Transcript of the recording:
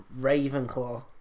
Ravenclaw